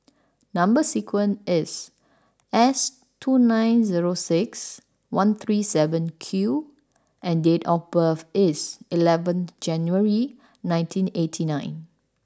number sequence is S two nine zero six one three seven Q and date of birth is eleven January nineteen eighty nine